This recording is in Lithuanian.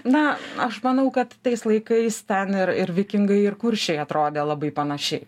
na aš manau kad tais laikais ten ir ir vikingai ir kuršiai atrodė labai panašiai